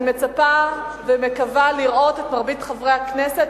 אני מצפה ומקווה לראות את מרבית חברי הכנסת,